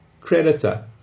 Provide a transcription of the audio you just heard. creditor